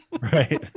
Right